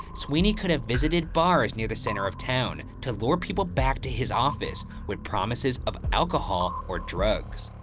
sweeney could've visited bars near the center of town, to lure people back to his office with promises of alcohol or drugs.